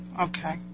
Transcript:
Okay